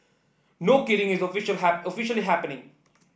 no kidding it's official officially happening